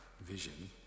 vision